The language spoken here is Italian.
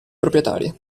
proprietari